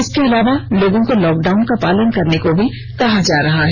इसके अलावे लोगों को लॉकडाउन का पालन करने को भी कहा जा रहा है